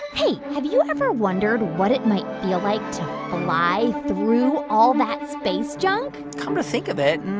hey, have you ever wondered what it might feel like to fly through all that space junk? come to think of it,